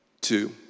two